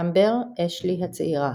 אמבר / אש-לי הצעירה.